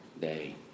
day